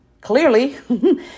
Clearly